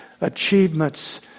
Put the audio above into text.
achievements